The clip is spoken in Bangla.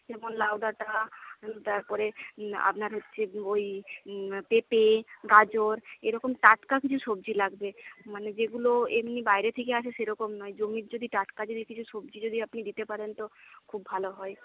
যেমন লাউডাটা তারপরে আপনার হচ্ছে ওই পেপে গাজর এরকম টাটকা কিছু সবজি লাগবে মানে যেগুলো এমনই বাইরে থেকে আসে সেরকম নয় জমির যদি টাটকা যদি কিছু সবজি আপনি দিতে পারেন তো খুব ভালো হয়